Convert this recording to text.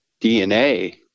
DNA